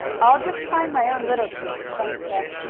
i'll just climb my own little tree, bunny said.